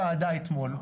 כאלה.